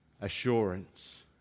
assurance